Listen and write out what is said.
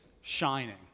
shining